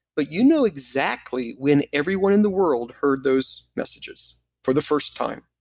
but you know exactly when everyone in the world heard those messages for the first time